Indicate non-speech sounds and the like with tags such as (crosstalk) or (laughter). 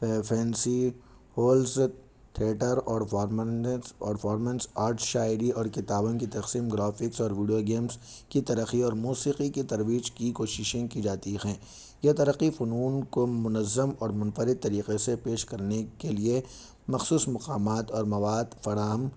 fancy halls theatre اور (unintelligible) فارمینس arts شاعری اور کتابوں کی تقسیم گرافکس اور ویڈیو گیمس کی ترقی اور موسیقی کی ترویج کی کوششیں کی جاتی ہیں یہ ترقی فنون کو منظم اور منفرد طریقے سے پیش کرنے کے لیے مخصوص مقامات اور مواد فراہم